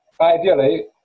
ideally